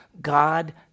God